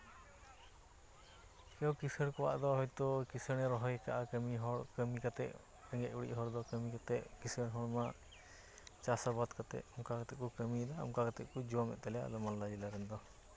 ᱠᱮᱣ ᱠᱤᱸᱥᱟᱹᱬ ᱠᱚᱣᱟᱜ ᱫᱚ ᱦᱳᱭᱛᱳ ᱠᱤᱸᱥᱟᱹᱬᱮ ᱨᱚᱦᱚᱭ ᱟᱠᱟᱫᱼᱟ ᱠᱟᱹᱢᱤ ᱦᱚᱲ ᱠᱟᱹᱢᱤ ᱠᱟᱛᱮᱫ ᱨᱮᱸᱜᱮᱡ ᱚᱨᱮᱡ ᱦᱚᱲ ᱫᱚ ᱠᱟᱹᱢᱤ ᱠᱟᱛᱮᱫ ᱠᱤᱸᱥᱟᱹᱬ ᱦᱚᱲ ᱢᱟ ᱪᱟᱥ ᱟᱵᱟᱫ ᱠᱟᱛᱮᱫ ᱚᱱᱠᱟ ᱠᱟᱛᱮᱫ ᱜᱮᱠᱚ ᱠᱟᱹᱢᱤᱭᱮᱫᱟ ᱚᱱᱠᱟ ᱠᱟᱛᱮᱫ ᱜᱮᱠᱚ ᱡᱚᱢᱮᱫ ᱛᱟᱞᱮᱭᱟ ᱟᱞᱮ ᱢᱟᱞᱫᱟ ᱡᱮᱞᱟ ᱨᱮᱱ ᱫᱚ